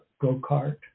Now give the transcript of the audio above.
go-kart